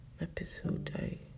episode